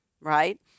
right